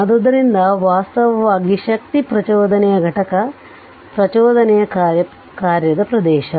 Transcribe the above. ಆದ್ದರಿಂದ ವಾಸ್ತವವಾಗಿ ಶಕ್ತಿ ಪ್ರಚೋದನೆಯ ಘಟಕ ಪ್ರಚೋದನೆಯ ಕಾರ್ಯದ ಪ್ರದೇಶ